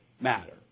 matter